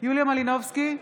יוליה מלינובסקי,